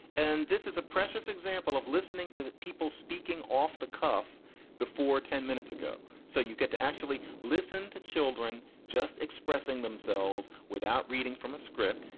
and this is a precious example of listening to people speaking off the cuff before ten minutes ago. so you get to actually listen to children just expressing themselves without reading from a script.